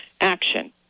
action